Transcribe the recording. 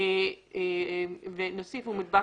גברתי.